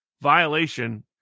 violation